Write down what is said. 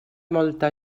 molta